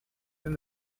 then